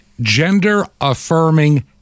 gender-affirming